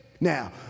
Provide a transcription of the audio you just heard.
Now